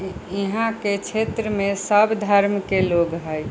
यहाँ के क्षेत्र मे सब धर्म के लोग है